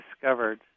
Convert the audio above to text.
discovered